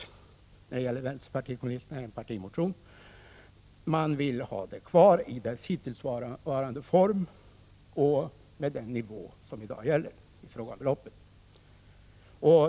Från vänsterpartiet kommunisterna är det fråga om en partimotion — man vill ha stödet kvar i dess hittillsvarande form och på den nivå som gäller i dag i fråga om beloppet.